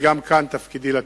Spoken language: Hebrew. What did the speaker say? וגם כאן תפקידי לתת.